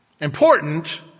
Important